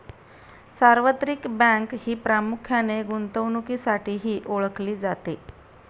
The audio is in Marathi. सार्वत्रिक बँक ही प्रामुख्याने गुंतवणुकीसाठीही ओळखली जाते